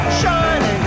shining